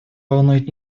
волнует